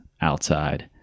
outside